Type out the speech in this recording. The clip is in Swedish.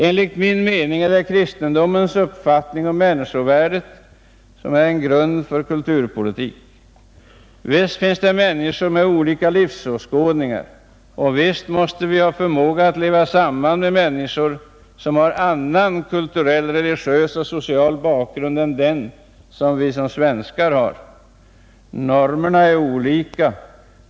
Enligt min mening är kristendomens uppfattning om människovärdet en grund för kulturpolitiken. Visst finns det människor med olika livsåskådningar, och visst måste vi ha förmåga att leva tillsammans med människor som har annan kulturell, religiös och social bakgrund än den vi som svenskar har. Normerna är olika.